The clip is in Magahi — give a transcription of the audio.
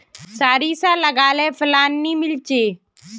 सारिसा लगाले फलान नि मीलचे?